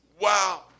Wow